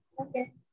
Okay